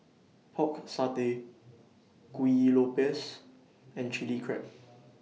Pork Satay Kuih Lopes and Chili Crab